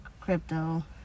crypto